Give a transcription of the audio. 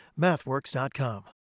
MathWorks.com